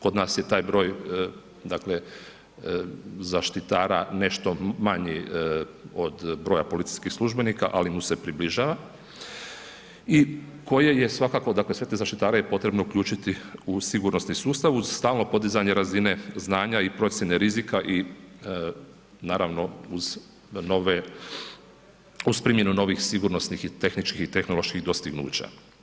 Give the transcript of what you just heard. Kod nas je taj broj, dakle, zaštitara nešto manji od broja policijskih službenika, ali mu se približava i koje je svakako, dakle sve te zaštitare je potrebno uključiti u sigurnosni sustav, uz stalno podizanje razine znanja i procjene rizika i naravno uz nove uz primjenu novih sigurnosnih i tehničkih i tehnoloških dostignuća.